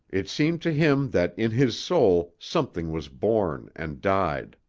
it seemed to him that in his soul something was born and died.